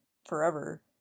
forever